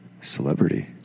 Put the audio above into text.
celebrity